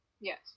Yes